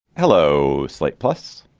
hello. slate plus.